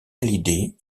hallyday